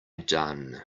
done